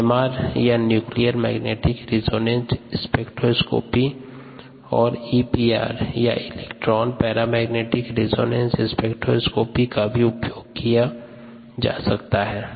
NMR या nuclear magnetic resonance spectroscopy और EPR या इलेक्ट्रॉन पैरामैग्नेटिक रेजोनेंस स्पेक्ट्रोस्कोपी का भी का उपयोग किया जा सकता है